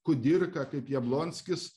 kudirka kaip jablonskis